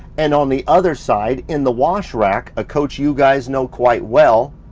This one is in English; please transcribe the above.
and on the other side, in the wash rack, a coach you guys know quite well,